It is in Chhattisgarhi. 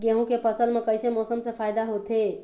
गेहूं के फसल म कइसे मौसम से फायदा होथे?